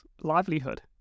livelihood